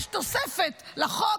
יש תוספת לחוק,